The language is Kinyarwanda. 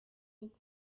yemeye